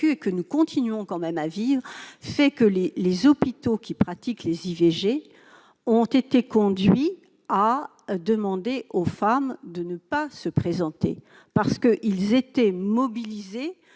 et que nous continuons quand même de traverser, les hôpitaux qui pratiquent les IVG ont été conduits à demander aux femmes de ne pas s'y présenter. Ils étaient mobilisés